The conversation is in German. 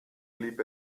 blieb